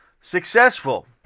successful